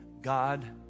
God